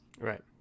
Right